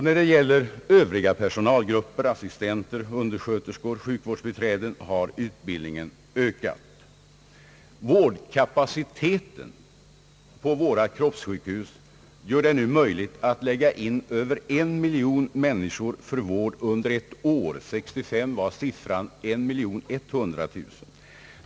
När det gäller övriga personalgrupper, assistenter, undersköterskor och sjukvårdsbiträden, har utbildningen också ökat. Vårdkapaciteten på våra kroppssjukhus gör det nu möjligt att lägga in över 1 miljon människor för vård under ett år. År 1965 var siffran 1100 000.